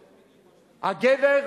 הגבר,